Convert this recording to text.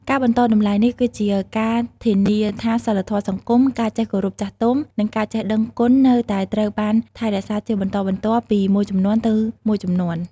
ការបន្តតម្លៃនេះ គឺជាការធានាថាសីលធម៌សង្គម ការចេះគោរពចាស់ទុំ និងការចេះដឹងគុណនៅតែត្រូវបានថែរក្សាជាបន្តបន្ទាប់ពីមួយជំនាន់ទៅមួយជំនាន់។